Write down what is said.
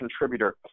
contributor